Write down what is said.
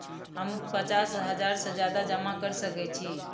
हमू पचास हजार से ज्यादा जमा कर सके छी?